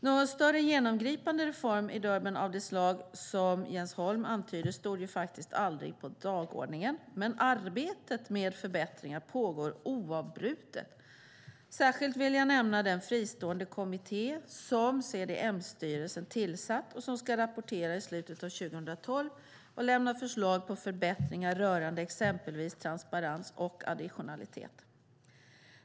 Någon större genomgripande reform i Durban av det slag som Jens Holm antyder stod faktiskt aldrig på dagordningen, men arbetet med förbättringar pågår oavbrutet. Särskilt vill jag nämna den fristående kommitté som CDM-styrelsen tillsatt och som ska lämna en rapport i slutet av 2012 och förslag på förbättringar rörande exempelvis transparens och additionalitet.